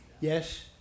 Yes